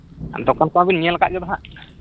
ᱫᱳᱠᱟᱱᱠᱚ ᱢᱟᱵᱮᱱ ᱧᱮᱞ ᱟᱠᱟᱫᱜᱮ ᱱᱟᱦᱟᱸᱜ